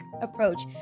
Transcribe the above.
approach